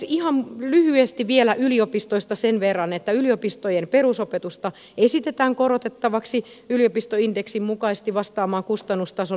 ihan lyhyesti vielä yliopistoista sen verran että yliopistojen perusopetusta esitetään korotettavaksi yliopistoindeksin mukaisesti vastaamaan kustannustason nousua